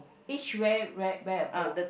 each wear wear wear a bow